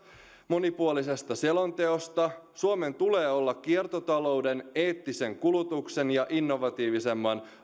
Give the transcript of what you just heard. monipuolisesta selonteosta suomen tulee olla kiertotalouden eettisen kulutuksen ja innovatiivisemman